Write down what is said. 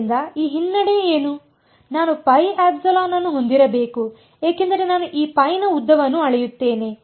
ಆದ್ದರಿಂದ ಈ ಹಿನ್ನಡೆ ಏನು ನಾನು πε ಅನ್ನು ಹೊಂದಿರಬೇಕು ಏಕೆಂದರೆ ನಾನು ಈ π ನ ಉದ್ದವನ್ನು ಅಳೆಯುತ್ತೇನೆ